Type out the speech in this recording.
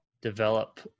develop